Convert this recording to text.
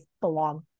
belong